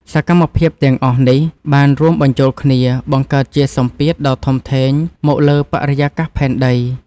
សកម្មភាពទាំងអស់នេះបានរួមបញ្ចូលគ្នា បង្កើតជាសម្ពាធដ៏ធំធេងមកលើបរិយាកាសផែនដី។